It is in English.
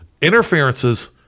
interferences